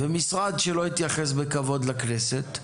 ומשרד שלא יתייחס בכבוד לכנסת,